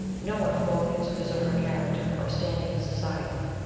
no one forfeits his or her character or standing in society,